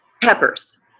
peppers